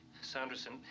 Sanderson